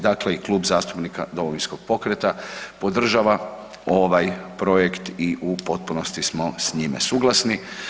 Dakle, i Klub zastupnika Domovinskog pokreta podržava ovaj projekt i u potpunosti smo s njime suglasni.